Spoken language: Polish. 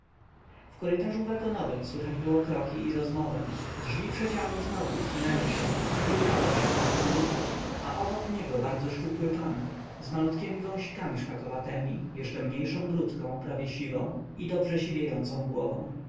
w korytarzu wagonowym słychać było kroki i rozmowę drzwi przedziału znowu usunęły się i ukazał się nadkonduktor a obok niego bardzo szczupły pan z malutkiemi wąsikami szpakowatemi jeszcze mniejszą bródką prawie siwą i dobrze siwiejącą głową